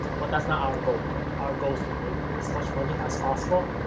but that's not our goal here. our goal is to make as much money as possible